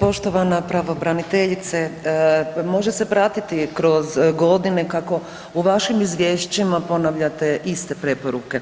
Poštovana pravobraniteljice može se pratiti kroz godine kako u vašim izvješćima ponavljate iste preporuke